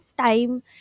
time